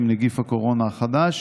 עם בוגדנות גם בחברים לקואליציה.